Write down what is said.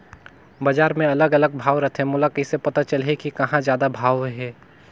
बजार मे अलग अलग भाव रथे, मोला कइसे पता चलही कि कहां जादा भाव हे?